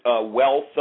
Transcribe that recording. wealth